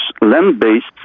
land-based